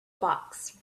box